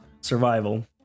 Survival